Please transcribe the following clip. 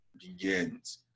begins